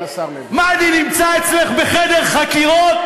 מה, אני נמצא אצלך בחדר חקירות?